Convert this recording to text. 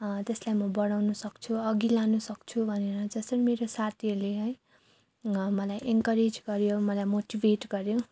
त्यसलाई म बढाउनु सक्छु अघि लानु सक्छु भनेर जसरी मेरो साथीहरूले है मलाई इन्करेज गर्यो मलाई मोटिभेट गर्यो